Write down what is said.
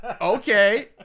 okay